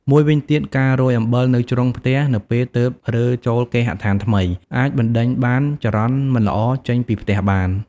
មួយវិញទៀត ការរោយអំបិលនៅជ្រុងផ្ទះ នៅពេលទើបរើចូលគេហដ្ឋានថ្មី អាចបណ្ដេញបានចរន្តមិនល្អចេញពីផ្ទះបាន។